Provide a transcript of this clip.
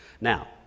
Now